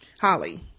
Holly